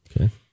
Okay